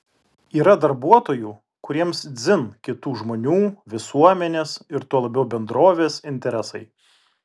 yra darbuotojų kuriems dzin kitų žmonių visuomenės ir tuo labiau bendrovės interesai